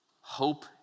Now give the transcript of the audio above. hope